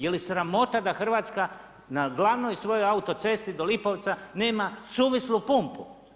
Je li sramota da Hrvatska na glavnoj svojoj autocesti do Lipovca nema suvislu pumpu?